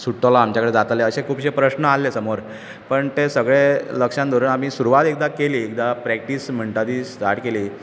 सुट्टलो आमच्या कडेन जातले अशे खुबशे प्रस्न आसले समोर पूण ते सगळे लक्षांत दवरून आमी सुरवात एकदां केली एकदां प्रॅक्टीस म्हणटा ती स्टार्ट केली